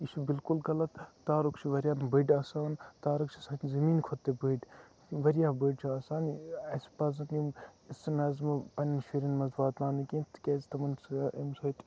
یہِ چھُ بِلکُل غَلَط تارک چھِ واریاہ بٔڑۍ آسان تارَک چھِ سانہِ زمیٖن کھۄتہٕ تہِ بٔڑۍ واریاہ بٔڑۍ چھِ آسان اَسہِ پَزَن یِم یژھہٕ نَظمہٕ پَننٮ۪ن شُرٮ۪ن مَنٛز واتناونہٕ کینٛہہ تکیاز تمَن چھُ امہ سۭتۍ